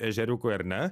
ežeriukui ar ne